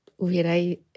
hubiera